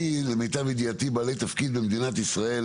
למיטב ידיעתי בעלי תפקיד במדינת ישראל